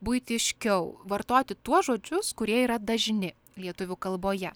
buitiškiau vartoti tuos žodžius kurie yra dažni lietuvių kalboje